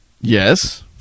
Yes